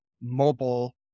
mobile